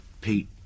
Pete